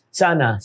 sana